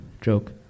joke